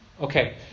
Okay